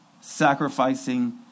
sacrificing